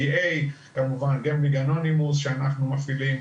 מהמרים אנונימיים שאנחנו מפעילים.